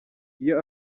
iyo